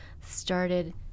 started